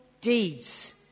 deeds